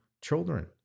children